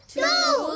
two